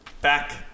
Back